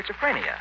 schizophrenia